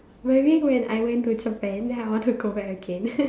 maybe when I went to Japan then I want to go back again